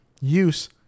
use